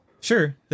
Sure